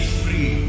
free